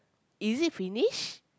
is it finished